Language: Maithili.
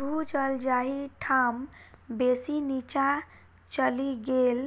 भू जल जाहि ठाम बेसी नीचाँ चलि गेल